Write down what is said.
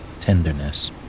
tenderness